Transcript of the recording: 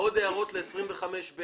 עוד הערות לסעיף 25ב?